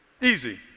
Easy